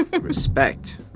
Respect